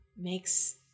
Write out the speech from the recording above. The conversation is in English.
makes